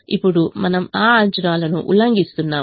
ఇప్పుడు మనము ఆ అంచనాను ఉల్లంఘిస్తున్నాము